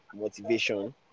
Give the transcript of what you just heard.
motivation